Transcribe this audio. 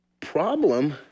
problem